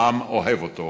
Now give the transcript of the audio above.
העם אוהב אותו,